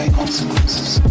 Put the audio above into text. consequences